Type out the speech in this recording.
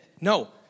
No